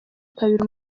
kabiri